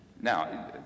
now